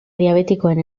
diabetikoen